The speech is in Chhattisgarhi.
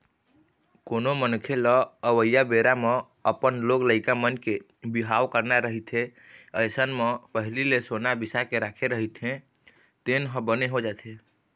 कोनो मनखे लअवइया बेरा म अपन लोग लइका मन के बिहाव करना रहिथे अइसन म पहिली ले सोना बिसा के राखे रहिथे तेन ह बने हो जाथे